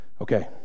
Okay